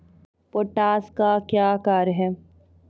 Potash का क्या कार्य हैं?